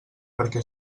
perquè